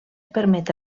permet